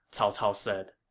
cao cao said.